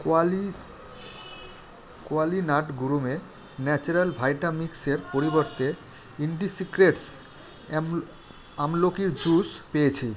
কোয়ালি Qualinut gourmet natural ভাইটা মিক্সের পরিবর্তে ইন্ডিসিক্রেটস অ্যামল আমলকির জুস পেয়েছি